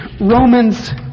Romans